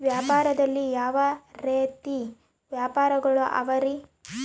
ವ್ಯಾಪಾರದಲ್ಲಿ ಯಾವ ರೇತಿ ವ್ಯಾಪಾರಗಳು ಅವರಿ?